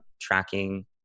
tracking